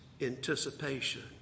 anticipation